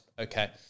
Okay